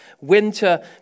winter